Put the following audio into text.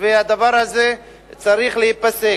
והדבר הזה צריך להיפסק.